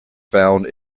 found